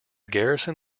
garrison